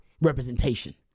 representation